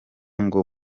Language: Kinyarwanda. ngo